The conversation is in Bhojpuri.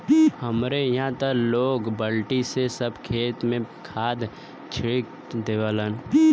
हमरे इहां त लोग बल्टी से सब खेत में खाद छिट देवलन